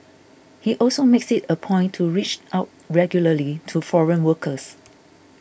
he also makes it a point to reach out regularly to foreign workers